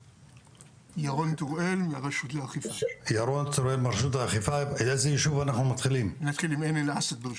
ירון טוראל מרשות האכיפה, נתחיל עם עין אל אסד.